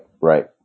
Right